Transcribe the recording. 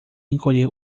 encolheu